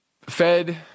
Fed